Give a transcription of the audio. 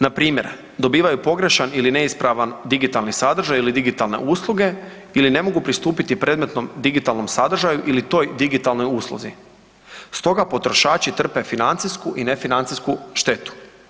Npr. dobivaju pogrešan ili neispravan digitalnih sadržaj ili digitalne usluge ili ne mogu pristupiti predmetnom digitalnom sadržaju ili toj digitalnoj usluzi, stoga potrošači trpe financijsku i nefinancijsku štetu.